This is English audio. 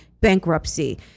Bankruptcy